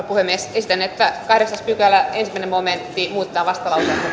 puhemies esitän että kahdeksannen pykälän ensimmäinen momentti muutetaan vastalauseen